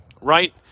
right